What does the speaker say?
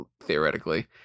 theoretically